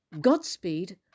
Godspeed